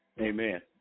Amen